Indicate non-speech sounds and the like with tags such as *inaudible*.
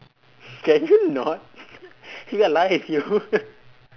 can you not *laughs* we are live yo *laughs*